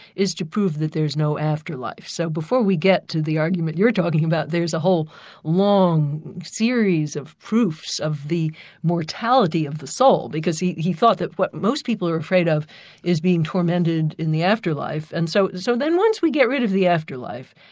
is to prove that there's no afterlife. so before we get to the argument you're talking about, there's a whole long series of proofs of the mortality of the soul, because he he thought that what most people are afraid of is being tormented in the afterlife. and so so then once we get rid of the afterlife,